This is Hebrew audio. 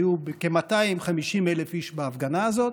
היו כ-250,000 איש בהפגנה הזאת.